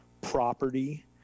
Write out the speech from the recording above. property